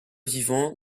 vivants